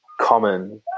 common